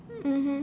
mmhmm